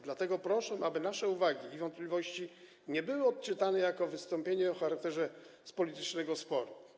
Dlatego proszę, aby nasze uwagi i wątpliwości nie były odczytane jako wystąpienie o charakterze politycznego sporu.